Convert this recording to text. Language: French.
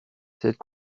cette